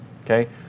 Okay